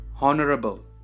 honorable